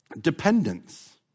Dependence